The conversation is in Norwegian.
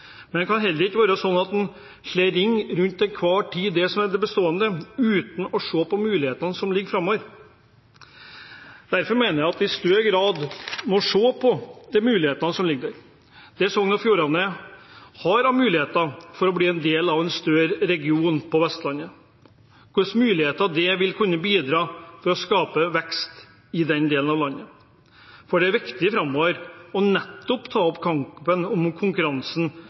Men det kan heller ikke være sånn at en til enhver tid slår ring rundt det bestående uten å se på mulighetene som ligger framover. Derfor mener jeg at vi i større grad må se på de mulighetene som ligger der, det Sogn og Fjordane har av muligheter til å bli en del av en større region på Vestlandet – se på mulighetene for å skape vekst i den delen av landet. Det er viktig framover nettopp å ta opp kampen og konkurransen